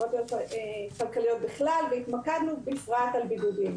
חברתיות-כלכליות בכלל והתמקדנו בפרט על בידודים.